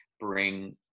bring